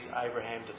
Abraham